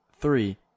three